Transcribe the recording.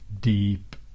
deep